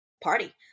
party